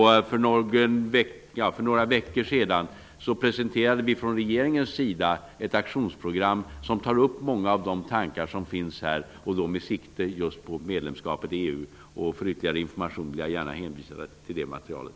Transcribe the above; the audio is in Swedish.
För några veckor sedan presenterade vi från regeringens sida ett aktionsprogram med sikte på just medlemskapet i EU. Det tar upp många av de tankar som finns här. För ytterligare information vill jag gärna hänvisa till det materialet.